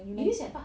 UNICEF ah